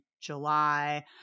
July